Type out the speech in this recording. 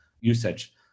usage